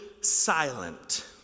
silent